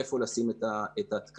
איפה לשים את התקנים.